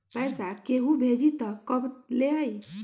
पैसा केहु भेजी त कब ले आई?